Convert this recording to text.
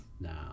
now